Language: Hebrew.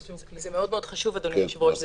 זה מאוד מאוד חשוב, אדוני היושב-ראש.